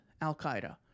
Al-Qaeda